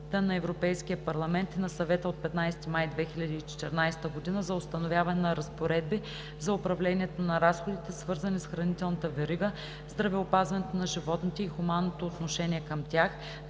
на Европейския парламент и на Съвета от 15 май 2014 г. за установяване на разпоредби за управлението на разходите, свързани с хранителната верига, здравеопазването на животните и хуманното отношение към тях,